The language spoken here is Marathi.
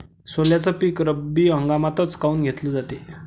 सोल्याचं पीक रब्बी हंगामातच काऊन घेतलं जाते?